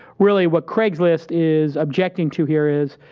really, what craigslist is objecting to here is.